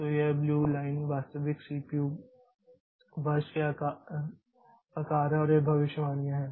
तो यह blue line वास्तविक सीपीयू बर्स्ट आकार है और यह भविष्यवाणियां हैं